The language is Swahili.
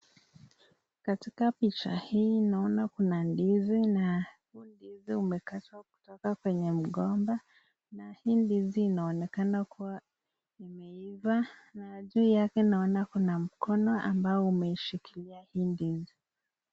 Katika picha hii naona kuna ndizi na hizi ndizi zimekatwa kutoka kwenye mgomba na hii ndizi inaonekana kua zimeiva na juu yake naona kuna mkono ambao umeishikilia hii ndizi.